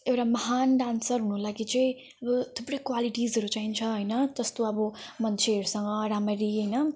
एउटा महान् डान्सर हुनु लागि चाहिँ थुप्रै क्वालिटिजहरू चाहिन्छ होइन जस्तो अब मान्छेहरूसँग राम्ररी होइन